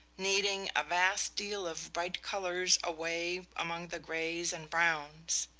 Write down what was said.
kneading a vast deal of bright colors away among the grays and browns